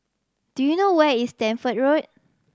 do you know where is Stamford Road